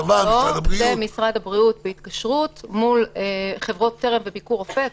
זה משרד הבריאות בהתקשרות מול חברות טרם וביקור רופא,